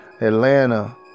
Atlanta